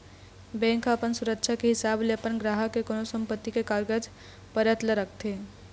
bank ह अपन सुरक्छा के हिसाब ले अपन गराहक के कोनो संपत्ति के कागज पतर ल रखथे